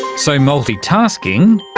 so multi-tasking,